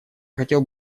хотел